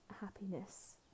happiness